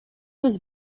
was